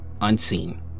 Unseen